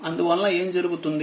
అందువలన ఏం జరుగుతుంది